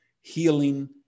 healing